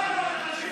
אנחנו חוזרים להצבעות.